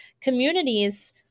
communities